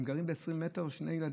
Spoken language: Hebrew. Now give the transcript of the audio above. הם גרים ב-20 מ"ר,